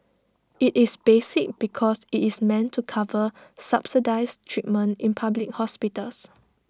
IT is basic because IT is meant to cover subsidised treatment in public hospitals